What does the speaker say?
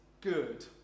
good